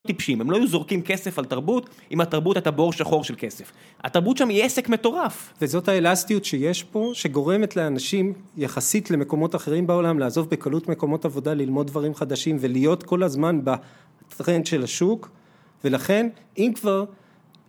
טפשים, הם לא היו זורקים כסף על תרבות, אם התרבות היתה בור שחור של כסף. התרבות שם היא עסק מטורף וזאת האלסטיות שיש פה, שגורמת לאנשים, יחסית למקומות אחרים בעולם, לעזוב בקלות מקומות עבודה, ללמוד דברים חדשים ולהיות כל הזמן בטרנד של השוק ולכן אם כבר